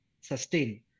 sustain